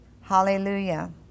Hallelujah